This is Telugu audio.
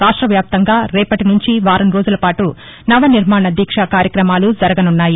రాష్టవ్యాప్తంగా రేవటినుంచి వారం రోజులపాటు నవ నిర్మాణ దీక్షా కార్యక్రమాలు జరగనున్నాయి